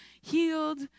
healed